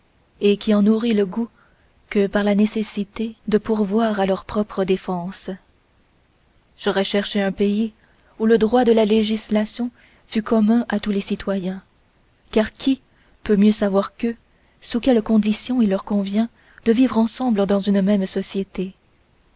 et qui en nourrit le goût que par la nécessité de pourvoir à leur propre défense j'aurais cherché un pays où le droit de législation fût commun à tous les citoyens car qui peut mieux savoir qu'eux sous quelles conditions il leur convient de vivre ensemble dans une même société